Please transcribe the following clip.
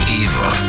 evil